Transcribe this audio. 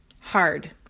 hard